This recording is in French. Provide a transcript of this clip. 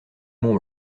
mont